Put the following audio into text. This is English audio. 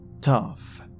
Tough